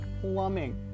plumbing